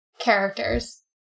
characters